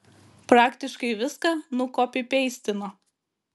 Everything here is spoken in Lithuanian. praktiškai viską nukopipeistino